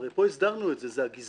הרי פה הסדרנו את זה, זה הגזבר,